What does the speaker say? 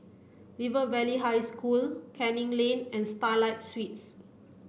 River Valley High School Canning Lane and Starlight Suites